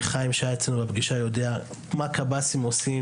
וחיים שהיה אצלנו בפגישה יודע מה קב"סים עושים,